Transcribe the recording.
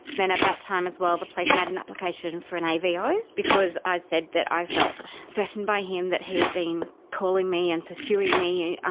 then at that time as well the police made an application for an avo because i'd said that i felt threatened by him, that he'd been calling me and pursuing me.